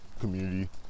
community